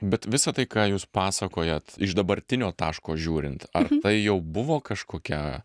bet visa tai ką jūs pasakojat iš dabartinio taško žiūrint ar tai jau buvo kažkokia